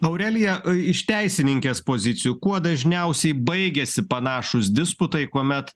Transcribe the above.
aurelija iš teisininkės pozicijų kuo dažniausiai baigiasi panašūs disputai kuomet